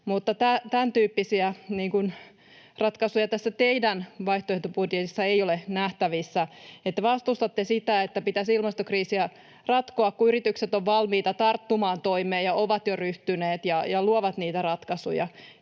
mutta tämäntyyppisiä ratkaisuja tässä teidän vaihtoehtobudjetissanne ei ole nähtävissä. Te vastustatte sitä, että pitäisi ilmastokriisiä ratkoa, kun yritykset ovat valmiita tarttumaan toimeen ja ovat siihen jo ryhtyneet ja luovat niitä ratkaisuja.